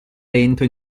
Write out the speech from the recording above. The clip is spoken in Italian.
lento